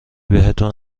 بهتون